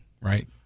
right